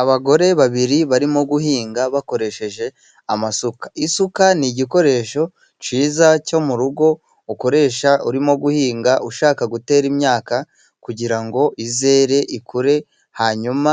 Abagore babiri barimo guhinga bakoresheje amasuka, isuka ni igikoresho cyiza cyo mu rugo, ukoresha urimo guhinga ushaka gutera imyaka, kugira ngo izere ikure hanyuma